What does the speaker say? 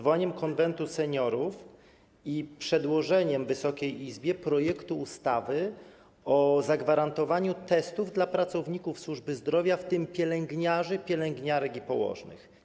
zwołaniem Konwentu Seniorów i przedłożeniem Wysokiej Izbie projektu ustawy o zagwarantowaniu testów dla pracowników służby zdrowia, w tym pielęgniarzy, pielęgniarek i położnych.